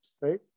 right